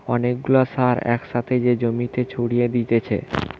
অনেক গুলা সার এক সাথে যে জমিতে ছড়িয়ে দিতেছে